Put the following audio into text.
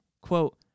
quote